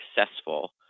successful